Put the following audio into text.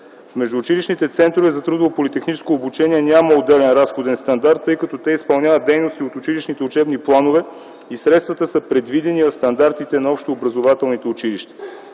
Междуучилищните центрове за трудово политехническо обучение нямат отделен разходен стандарт, тъй като изпълняват дейности от училищните учебни планове и средствата са предвидени в стандартите на общообразователните училища.